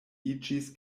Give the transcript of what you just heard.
iĝis